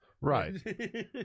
right